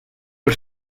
els